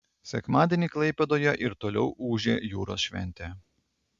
sekmadienį klaipėdoje ir toliau ūžė jūros šventė